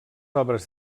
obres